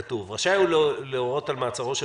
כתוב: "רשאי הוא להורות על מעצרו של